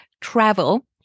travel